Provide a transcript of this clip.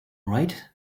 right